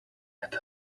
had